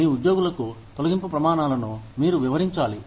మీ ఉద్యోగులకు తొలగింపు ప్రమాణాలను మీరు వివరించాలి